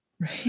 right